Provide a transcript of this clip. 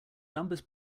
numbers